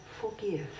forgive